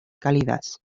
cálidas